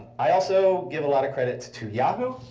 i also give a lot of credit to yahoo!